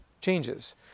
changes